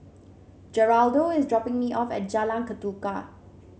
Geraldo is dropping me off at Jalan Ketuka